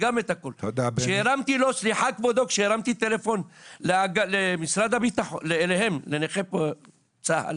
כשהרמתי טלפון אליהם, לנכי צה"ל,